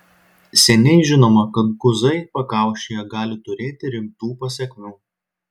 seniai žinoma kad guzai pakaušyje gali turėti rimtų pasekmių